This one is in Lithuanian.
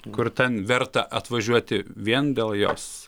kur ten verta atvažiuoti vien dėl jos